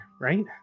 right